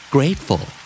Grateful